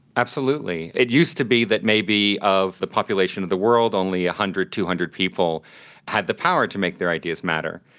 absolutely. it used to be that maybe of the population of the world only one ah hundred, two hundred people had the power to make their ideas matter.